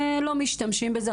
ולא משתמשים בזה,